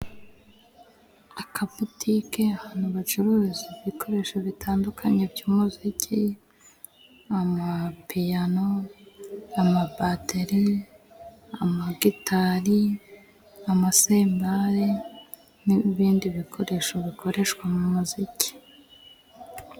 Akabutike ahantu bacuruza ibikoresho bitandukanye by'umuziki amapiyano, amabateri, amagitari, amasendari n'ibindi bikoresho bikoreshwa mu muziki.